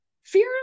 Fear